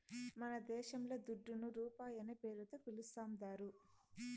మనదేశంల దుడ్డును రూపాయనే పేరుతో పిలుస్తాందారు